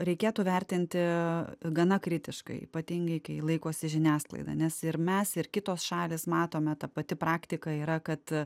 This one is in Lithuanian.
reikėtų vertinti gana kritiškai ypatingai kai laikosi žiniasklaida nes ir mes ir kitos šalys matome ta pati praktika yra kad